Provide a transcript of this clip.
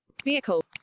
Vehicle